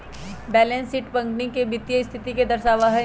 balance sheet company के वित्तीय स्थिति के दर्शावा हई